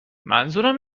منظورم